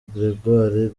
gregoir